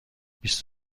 بیست